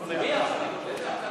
נגיע,